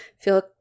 feel